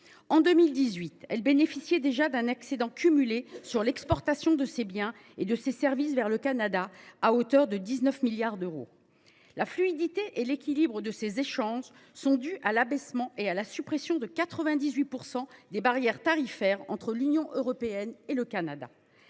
En 2018, l’Union bénéficiait déjà d’un excédent cumulé sur l’exportation de ses biens et de ses services vers le Canada de l’ordre de 19 milliards d’euros. La fluidité et l’équilibre de ces échanges sont dus à l’abaissement et à la suppression de 98 % des barrières tarifaires entre l’Union européenne et le Canada.